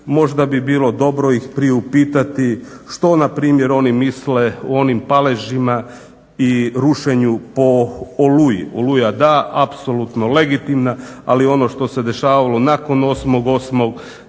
Možda bi bilo dobro priupitati ih što npr. oni misle o onim paležima i rušenju po Oluji. Oluja da apsolutno legitimna, ali ono što se dešavalo nakon